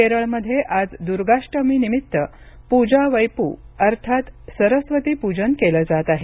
केरळमध्ये आज दुर्गाष्टमीनिमित्त पूजावैपु अर्थात सरस्वतीपूजन केलं जात आहे